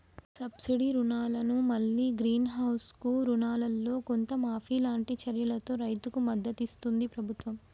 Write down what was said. subsidy రుణాలను మల్లి greenhouse కు రుణాలల్లో కొంత మాఫీ లాంటి చర్యలతో రైతుకు మద్దతిస్తుంది ప్రభుత్వం